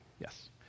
Yes